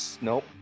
Nope